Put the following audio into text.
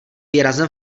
výrazem